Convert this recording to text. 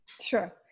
Sure